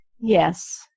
Yes